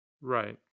Right